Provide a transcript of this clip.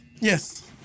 Yes